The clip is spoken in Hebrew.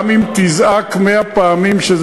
אחרי שאתה מיתמם קשות בוועדת הכספים,